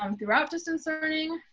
um throughout distance learning,